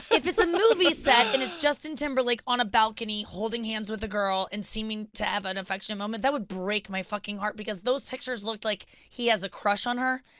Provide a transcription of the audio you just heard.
if it's a movie set, and it's justin timberlake on a balcony, holding hands with a girl and seeming to have an affectionate moment, that would break my fucking heart because those pictures look like he has a crush on her.